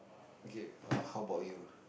okay how about you